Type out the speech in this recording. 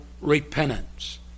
repentance